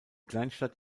kleinstadt